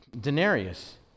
denarius